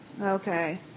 Okay